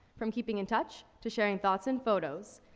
from keeping in touch, to sharing thoughts and photos,